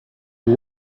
you